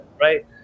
right